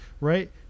right